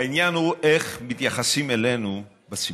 העניין הוא איך מתייחסים אלינו בציבור.